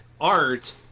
art